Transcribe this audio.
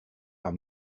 are